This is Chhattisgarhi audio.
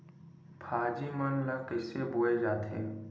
भाजी मन ला कइसे बोए जाथे?